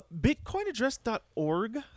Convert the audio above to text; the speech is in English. Bitcoinaddress.org